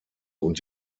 und